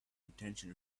intention